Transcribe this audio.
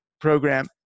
program